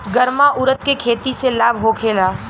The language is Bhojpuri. गर्मा उरद के खेती से लाभ होखे ला?